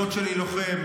דוד שלי לוחם.